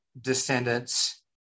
descendants